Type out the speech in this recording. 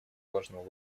важному